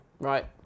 right